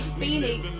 phoenix